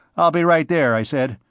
i'll be right there, i said,